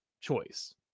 choice